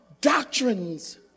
Doctrines